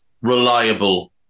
reliable